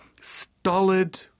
stolid